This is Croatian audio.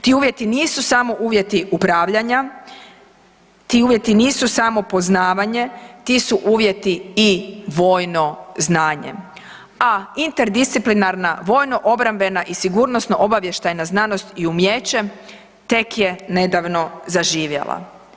Ti uvjeti nisu samo uvjeti upravljanja, ti uvjeti nisu samo poznavanje, ti su uvjeti i vojno znanje, a interdisciplinarna vojno obrambena i sigurnosno obavještajna znanost i umijeće tek je nedavno zaživjela.